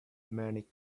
many